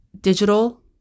Digital